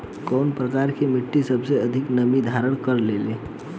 कउन प्रकार के मिट्टी सबसे अधिक नमी धारण करे ले?